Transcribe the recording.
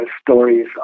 stories